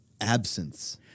absence